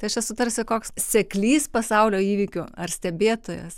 tai aš esu tarsi koks seklys pasaulio įvykių ar stebėtojas